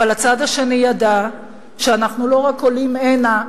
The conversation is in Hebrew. אבל הצד השני ידע שאנחנו לא רק עולים הנה,